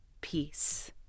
Peace